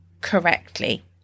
correctly